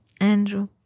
Andrew